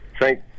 thank